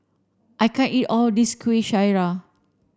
I can't eat all of this Kuih Syara